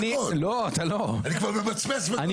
אני כבר ממצמץ בכל הגוף.